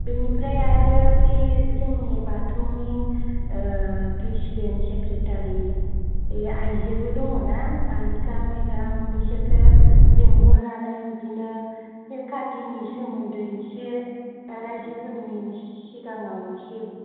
बेनिफ्राय आरो बै जोंनि बाथौनि प्रेसिदेन्ट सेक्रेटारि ओइ आइजोबो दङना बालिखा मेदाम बिसोरखौ लिंहरनानै बिदिनो सिब खाथिनि सोमोन्दै एसे रायजोफोरनि सिगाङाव एसे